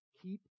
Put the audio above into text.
keep